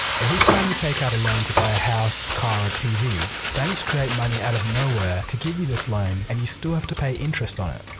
every time you take out a loan to buy a house, car or tv, banks create money out of nowhere to give you this loan and you still have to pay interest on it.